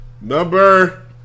Number